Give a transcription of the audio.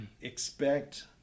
expect